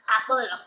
Apple